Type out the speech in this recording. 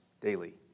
daily